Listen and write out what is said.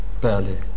barely